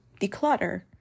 declutter